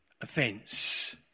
offence